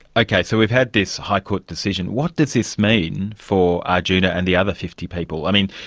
okay, so we've had this high court decision. what does this mean for arjuna and the other fifty people? i mean,